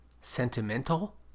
sentimental